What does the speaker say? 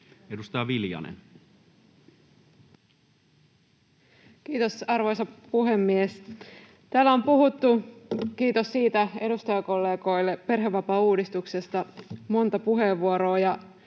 12:08 Content: Kiitos, arvoisa puhemies! Täällä on puhuttu, kiitos siitä edustajakollegoille, perhevapaauudistuksesta monta puheenvuoroa,